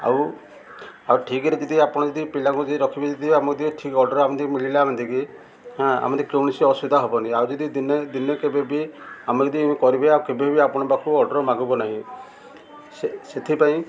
ଆଉ ଆଉ ଠିକ୍ରେ ଯଦି ଆପଣ ଯଦି ପିଲାଙ୍କୁ ଯଦି ରଖିବେ ଯଦି ଆମକୁ ଠିକ୍ ଅର୍ଡ଼ର୍ ଆମିତି ମିଳିଲା ଏମିତି କି ହଁ ଆମିତି କୌଣସି ଅସୁବିଧା ହେବନି ଆଉ ଯଦି ଦିନେ ଦିନେ କେବେ ବି ଆମେ କରିବେ ଆଉ କେବେ ବି ଆପଣଙ୍କ ପାଖକୁ ଅର୍ଡ଼ର୍ ମାଗିବ ନାହିଁ ସେଥିପାଇଁ